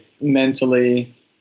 mentally